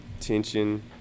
tension